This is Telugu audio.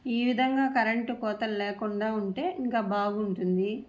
ఈ విధంగా కరెంటు కోతలు లేకుండా ఉంటే ఇంకా బాగుంటుంది